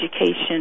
education